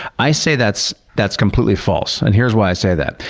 i say that's that's completely false, and here's why i say that.